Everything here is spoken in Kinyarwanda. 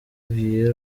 vieira